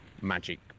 magic